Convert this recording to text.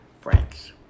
friends